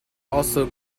also